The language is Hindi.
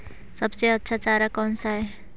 सबसे अच्छा चारा कौन सा है?